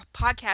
podcast